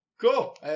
Cool